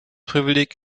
privileg